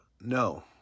No